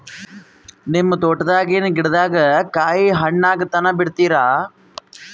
ನಿಮ್ಮ ತೋಟದಾಗಿನ್ ಗಿಡದಾಗ ಕಾಯಿ ಹಣ್ಣಾಗ ತನಾ ಬಿಡತೀರ?